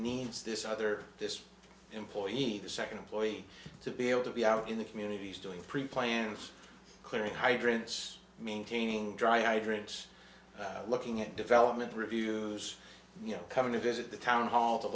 needs this other this employee the second employee to be able to be out in the communities doing pre planned clearing hydrants maintaining dry hydrants looking at development reviews you know coming to visit the town hall to